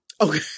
okay